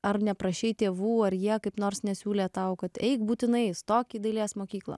ar neprašei tėvų ar jie kaip nors nesiūlė tau kad eik būtinai stok į dailės mokyklą